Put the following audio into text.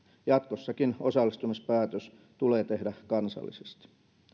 jatkossakin osallistumispäätös tulee tehdä kansallisesti